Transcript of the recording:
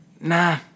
Nah